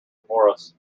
porous